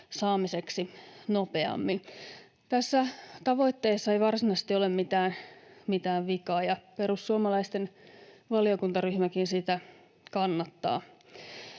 saamiseksi nopeammin. Tässä tavoitteessa ei varsinaisesti ole mitään vikaa, ja perussuomalaisten valiokuntaryhmäkin sitä kannattaa.